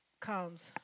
comes